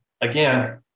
again